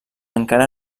encara